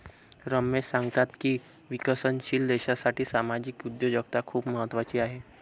रमेश सांगतात की विकसनशील देशासाठी सामाजिक उद्योजकता खूप महत्त्वाची आहे